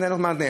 אין לך מענה.